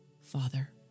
Father